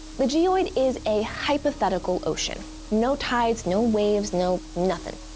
the geoid is a hypothetical ocean no tides, no waves, no nothin'.